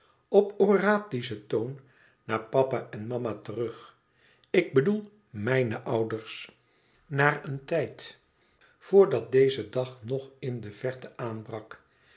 op oratischen toon naar papa en mama terug ik bedoel mijne ouders naar een deze dag nog in de verte aanbrak